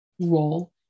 role